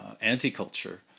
anti-culture